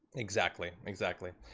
exactly exactly.